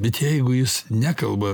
bet jeigu jis nekalba